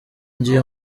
ngiye